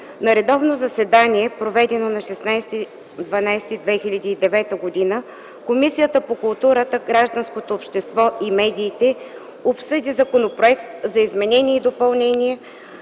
На редовно заседание, проведено на 16 декември 2009 г., Комисията по културата, гражданското общество и медиите обсъди Законопроект за изменение и допълнение